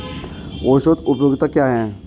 औसत उपयोगिता क्या है?